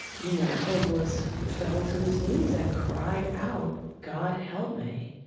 you know, hopeless, fell to his knees and cried out, god help me.